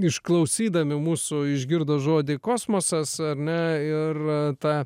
išklausydami mūsų išgirdo žodį kosmosas ar ne ir ta